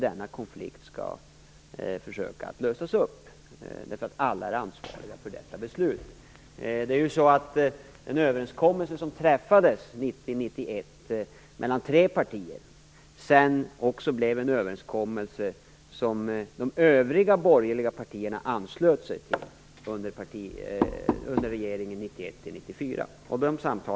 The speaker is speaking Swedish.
Man skall då försöka lösa denna konflikt. Alla är ansvariga för detta beslut. Den överenskommelse som träffades 1990-1991 mellan tre partier blev ju sedan en överenskommelse som de övriga borgerliga partierna anslöt sig till under regeringen 1991-1994.